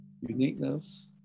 uniqueness